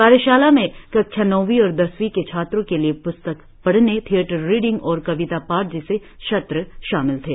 कार्यशाला में कक्षा नौवीं और दसवीं के छात्रों के लिए प्स्तक पढ़ने थिएटर रिडिंग और कविता पाठ जैसे सत्र शामिल थे